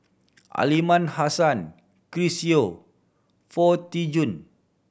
Aliman Hassan Chris Yeo Foo Tee Jun